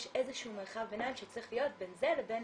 יש איזה שהוא מרחב ביניים שצריך להיות בין זה לבין